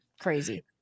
Crazy